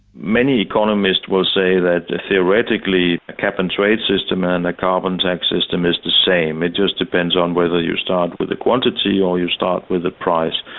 many economists will say that theoretically the cap and trade system and the carbon tax system is the same, it just depends on whether you start with a quantity or you start with a price.